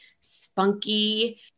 spunky